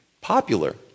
popular